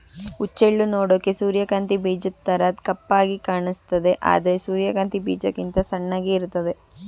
ಹುಚ್ಚೆಳ್ಳು ನೋಡೋಕೆ ಸೂರ್ಯಕಾಂತಿ ಬೀಜದ್ತರ ಕಪ್ಪಾಗಿ ಕಾಣಿಸ್ತದೆ ಆದ್ರೆ ಸೂರ್ಯಕಾಂತಿ ಬೀಜಕ್ಕಿಂತ ಸಣ್ಣಗೆ ಇರ್ತದೆ